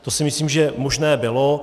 To si myslím, že možné bylo.